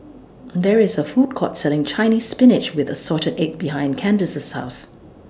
There IS A Food Court Selling Chinese Spinach with Assorted Eggs behind Candice's House